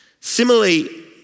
Similarly